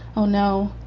oh no.